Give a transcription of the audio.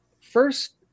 First